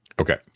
Okay